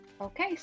okay